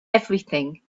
everything